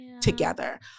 together